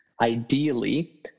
Ideally